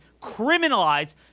criminalize